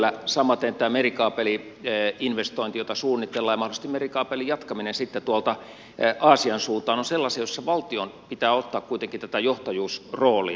samaten tämä merikaapeli investointi jota suunnitellaan ja mahdollisesti merikaapelin jatkaminen sitten tuolta aasian suuntaan on sellaisia jossa valtion pitää kuitenkin ottaa tätä johtajuusroolia